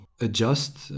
adjust